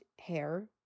hair